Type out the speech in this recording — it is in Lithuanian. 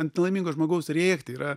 ant nelaimingo žmogaus rėkti yra